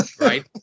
right